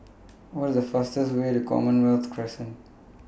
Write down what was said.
What IS The fastest Way to Commonwealth Crescent